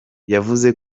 yavuze